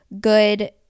good